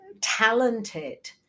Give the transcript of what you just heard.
talented